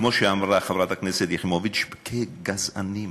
כמו שאמרה חברת הכנסת יחימוביץ, כגזענים.